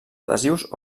adhesius